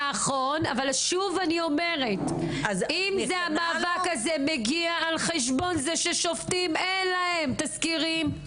אבל אם המאבק הזה מגיע על חשבון זה שלשופטים אין תזכירים,